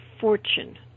fortune